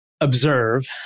observe